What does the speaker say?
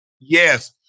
Yes